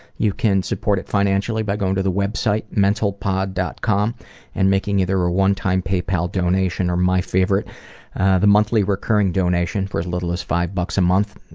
you can support it financially by going to the website mentalpod. com and making either a one-time paypal donation or my favorite the monthly recurring donation for as little as five bucks a month.